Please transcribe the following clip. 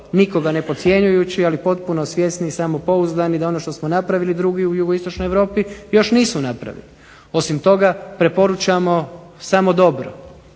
nikoga ne podcjenjujući ali potpuno svjesni i samopouzdani da ono što smo napravili drugi u jugoistočnoj Europi još nisu napravili. Osim toga preporučamo samo dobro,